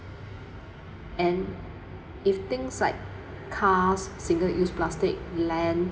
and if things like cars single use plastic land